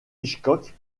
hitchcock